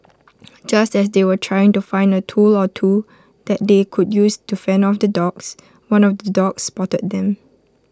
just as they were trying to find A tool or two that they could use to fend off the dogs one of the dogs spotted them